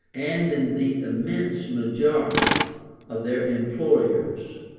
and in the immense majority of their employers.